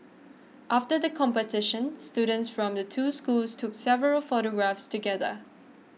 after the competition students from the two schools took several photographs together